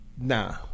Nah